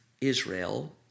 Israel